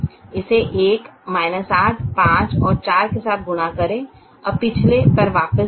इसे 1 8 5 और 4 के साथ गुणा करें अब पिछले पर वापस जाएं